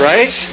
Right